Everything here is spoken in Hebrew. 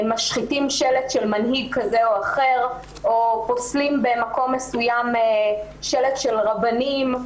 משחיתים שלט של מנהיג כזה או אחר או פוסלים במקום מסוים שלט של רבנים.